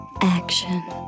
action